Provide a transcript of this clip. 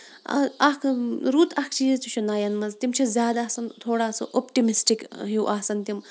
اکھ رُت اکھ چیٖز تہِ چھُ نَین منٛز تِم چھِ زیادٕ آسان تھوڑا سُہ اوٚپٹِمِسٹِک ہِیوٗ آسان تِم